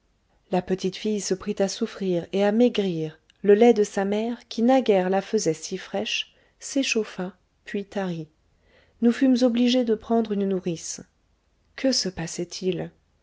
la petite fille se prit à souffrir et à maigrir le lait de sa mère qui naguère la faisait si fraîche s'échauffa puis tarit nous fûmes obligés de prendre une nourrice que se passait-il